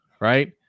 right